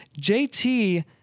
JT